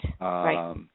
right